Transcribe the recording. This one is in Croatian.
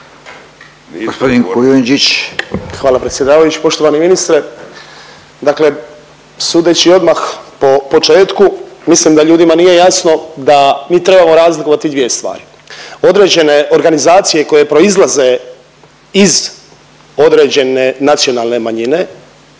Hvala predsjedavajući. Poštovani ministre, dakle sudeći odmah po početku mislim da ljudima nije jasno da mi trebamo razlikovati dvije stvari. Određene organizacije koje proizlaze iz određene nacionalne manjine